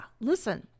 Listen